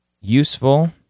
useful